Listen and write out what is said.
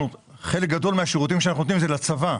חלק גדול מהשירותים שאנחנו נותנים זה לצבא.